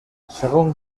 según